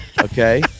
okay